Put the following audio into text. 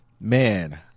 man